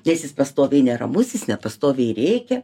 nes jis pastoviai neramus jis nepastoviai rėkia